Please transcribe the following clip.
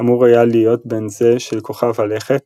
אמור היה להיות בין זה של כוכב הלכת